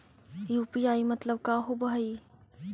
UPI मतलब का होब हइ?